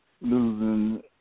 losing